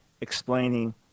explaining